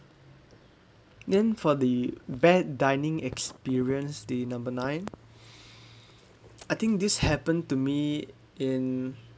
then for the bad dining experience the number nine I think this happen to me in